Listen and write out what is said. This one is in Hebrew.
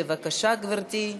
בבקשה, גברתי,